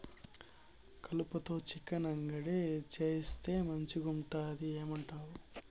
కలుపతో చికెన్ అంగడి చేయిస్తే మంచిగుంటది ఏమంటావు